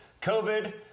COVID